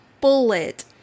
bullet